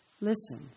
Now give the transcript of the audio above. Listen